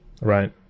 Right